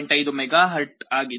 5 megahertz ಆಗಿತ್ತು